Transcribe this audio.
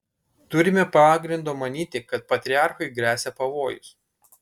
turime pagrindo manyti kad patriarchui gresia pavojus